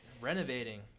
Renovating